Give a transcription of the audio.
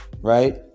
right